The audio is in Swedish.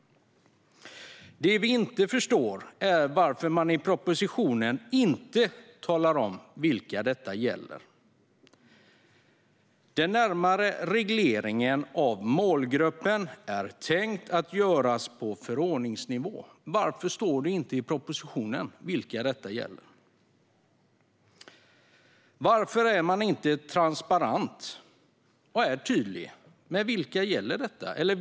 Vad vi inte förstår är varför man i propositionen inte talar om vilka detta gäller. Den närmare regleringen av målgruppen är tänkt att göras på förordningsnivå. Varför står det inte i propositionen vilka det gäller? Varför är man inte transparent och tydlig med vilka detta gäller?